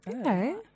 okay